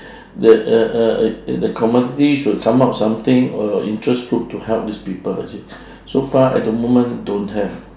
the uh uh uh the community should come up something a interest group to help these people actually so far at the moment don't have